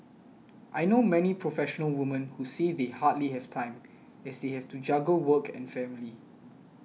I know many professional women who say they hardly have time as they have to juggle work and family